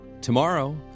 Tomorrow